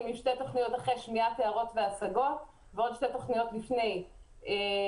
עם שתי תוכניות אחרי שמיעת הערות והשגות ועוד שתי תוכניות לפני כן.